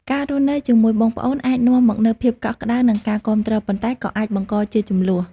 ការរស់នៅជាមួយបងប្អូនអាចនាំមកនូវភាពកក់ក្ដៅ និងការគាំទ្រ ប៉ុន្តែក៏អាចបង្កជាជម្លោះ។